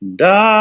da